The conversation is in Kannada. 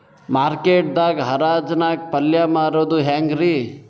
ಮಾರ್ಕೆಟ್ ದಾಗ್ ಹರಾಜ್ ನಾಗ್ ಪಲ್ಯ ಮಾರುದು ಹ್ಯಾಂಗ್ ರಿ?